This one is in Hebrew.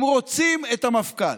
הם רוצים את המפכ"ל.